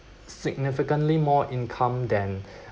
significantly more income than